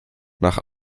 nach